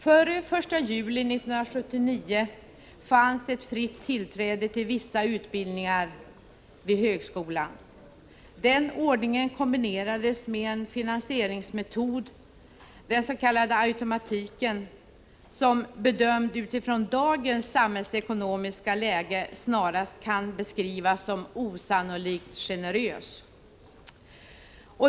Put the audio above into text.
Före den 1 juli 1979 fanns ett fritt tillträde till vissa utbildningar vid högskolan. Den ordningen kombinerades med en finansieringsmetod — den s.k. automatiken — som bedömd utifrån dagens samhällsekonomiska läge snarast kan beskrivas som osannolikt generös.